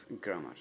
grammar